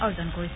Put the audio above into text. অৰ্জন কৰিছে